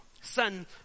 Son